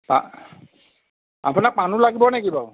পাণ আপোনাক পাণো লাগিব নেকি বাৰু